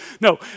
No